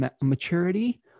maturity